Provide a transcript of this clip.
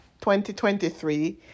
2023